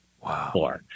Wow